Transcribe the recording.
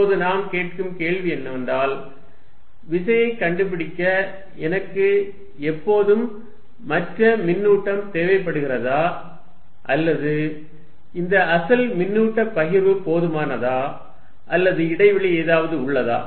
இப்போது நாம் கேட்கும் கேள்வி என்னவென்றால் விசையைக் கண்டுபிடிக்க எனக்கு எப்போதும் மற்ற மின்னூட்டம் தேவைப்படுகிறதா அல்லது இந்த அசல் மின்னூட்ட பகிர்வு போதுமானதா அல்லது இடைவெளி ஏதாவது உள்ளதா